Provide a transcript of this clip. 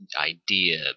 idea